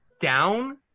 down